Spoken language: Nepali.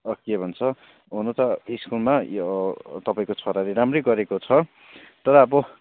के भन्छ हुनु त स्कुलमा यो तपाईँको छोराले राम्रै गरेको छ तर अब